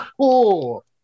Cool